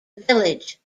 village